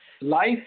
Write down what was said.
life